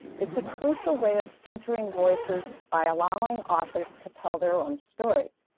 it's a crucial way of centering voices by allowing authors to tell their own stories.